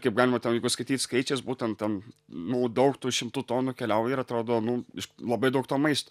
kaip galima ten jeigu skaityt skaičiais būtent ten nu daug tų šimtų tonų keliauja ir atrodo nu iš labai daug to maisto